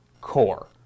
core